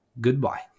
goodbye